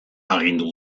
agindu